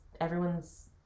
everyone's